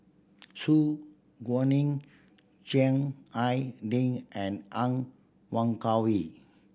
Su Guaning Chiang Hai Ding and Han